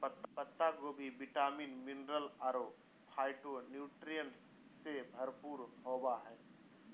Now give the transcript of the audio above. पत्ता गोभी vitamin, mineral अरो फाइटोन्यूट्रिएंट्स से भरपूर होबा हइ